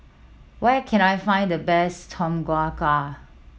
where can I find the best Tom Kha Gai